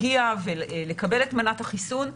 להגיע ולקבל את מנת החיסון.